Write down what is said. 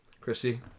Chrissy